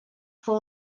fou